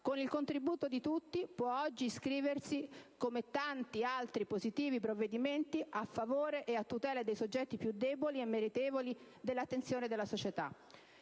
con il contributo di tutti, può oggi iscriversi come tanti altri positivi provvedimenti a favore e a tutela dei soggetti più deboli e meritevoli dell'attenzione della società.